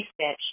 stitch